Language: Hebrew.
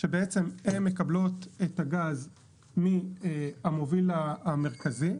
שבעצם הן מקבלות את הגז מהמוביל המרכזי.